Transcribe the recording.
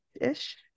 ish